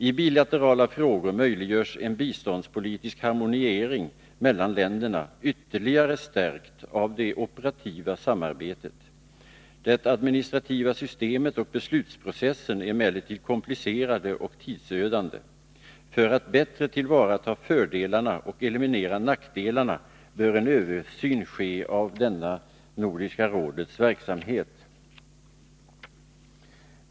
I bilaterala frågor möjliggörs en biståndspolitisk harmoniering mellan länderna, ytterligare stärkt av det operativa samarbetet. Det administrativa systemet och beslutsprocessen är emellertid komplicerade och tidsödande. För att bättre tillvarata fördelarna och eliminera nackdelarna bör en översyn ske av denna Nordiska rådets verksamhet.